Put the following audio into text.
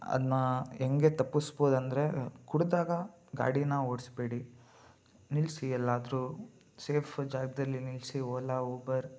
ಅದನ್ನ ಹೆಂಗೆ ತಪ್ಪಿಸ್ಬೋದು ಅಂದರೆ ಕುಡಿದಾಗ ಗಾಡಿನ ಓಡಿಸ್ಬೇಡಿ ನಿಲ್ಲಿಸಿ ಎಲ್ಲಾದರು ಸೇಫ್ ಜಾಗದಲ್ಲಿ ನಿಲ್ಲಿಸಿ ಓಲಾ ಊಬರ್